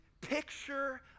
picture